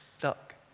duck